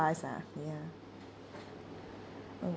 ah ya